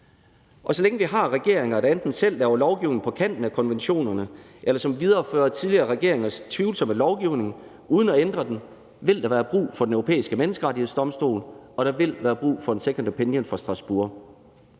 Så længe vi har regeringer, der enten selv laver lovgivning på kanten af konventionerne, eller som viderefører tidligere regeringers tvivlsomme lovgivning uden at ændre den, vil der være brug for Den Europæiske Menneskerettighedsdomstol, og der vil være brug for en second opinion fra Strasbourg.